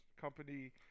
Company